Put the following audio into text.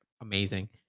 amazing